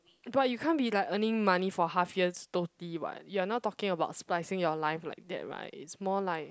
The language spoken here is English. but you can't be like earning money for half year totally [what] you are now talking about spicing your life like that right it's more like